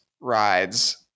rides